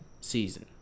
season